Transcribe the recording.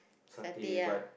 satay ya